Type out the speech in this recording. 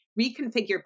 reconfigure